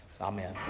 Amen